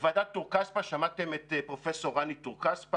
ועדת טור-כספא שמעתם את פרופ' רני טור-כספא,